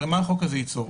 תחשבו מה החוק הזה ייצור?